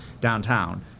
downtown